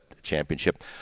Championship